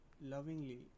lovingly